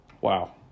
wow